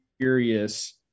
curious